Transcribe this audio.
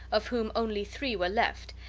of whom only three were left,